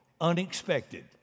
Unexpected